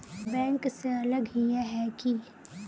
Bank से अलग हिये है की?